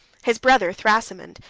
his brother, thrasimund,